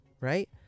right